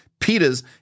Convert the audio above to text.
pitas